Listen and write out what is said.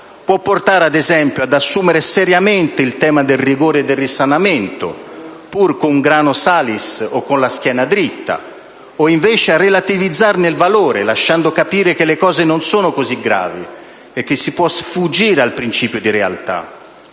può portare, ad esempio, ad assumere seriamente il tema del rigore e del risanamento, pur *cum grano salis* o con la schiena dritta, o invece a relativizzarne il valore, lasciando capire che le cose non sono così gravi e che si può sfuggire al principio di realtà.